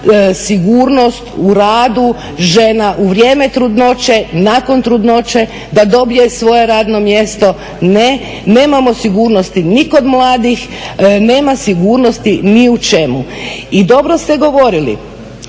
sigurnost u radu žena u vrijeme trudnoće, nakon trudnoće, da dobije svoje radno mjesto, nemamo sigurnosti ni kod mladih, nema sigurnosti ni u čemu. I dobro ste govorili,